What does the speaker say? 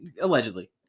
allegedly